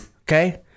Okay